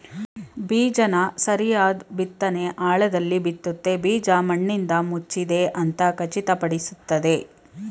ಬೀಜನ ಸರಿಯಾದ್ ಬಿತ್ನೆ ಆಳದಲ್ಲಿ ಬಿತ್ತುತ್ತೆ ಬೀಜ ಮಣ್ಣಿಂದಮುಚ್ಚಿದೆ ಅಂತ ಖಚಿತಪಡಿಸ್ತದೆ